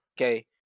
Okay